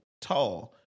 tall